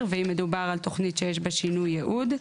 ואם מדובר על תוכנית שיש בה שינוי ייעוד,